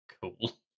Cool